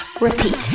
Repeat